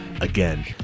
Again